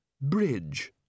Bridge